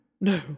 no